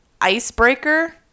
icebreaker